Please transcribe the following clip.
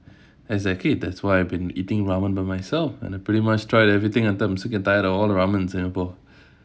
exactly that's why I've been eating ramen by myself and I pretty much tried everything until I'm sick and tried of all the ramen in singapore